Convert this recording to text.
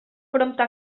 prompte